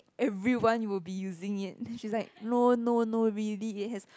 everyone will be using it she like no no no really it has